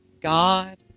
God